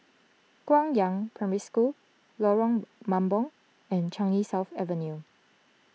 Guangyang Primary School Lorong Mambong and Changi South Avenue